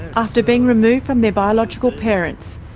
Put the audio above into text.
after being removed from their biological parents,